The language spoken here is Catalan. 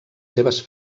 seves